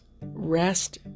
rest